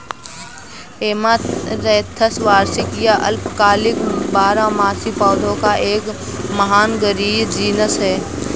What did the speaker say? amaranthus वार्षिक या अल्पकालिक बारहमासी पौधों का एक महानगरीय जीनस है